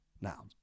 Now